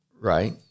right